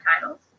titles